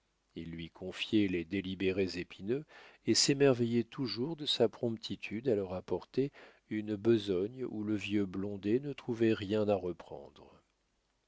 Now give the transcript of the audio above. ils lui confiaient les délibérés épineux et s'émerveillaient toujours de sa promptitude à leur apporter une besogne où le vieux blondet ne trouvait rien à reprendre